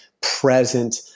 present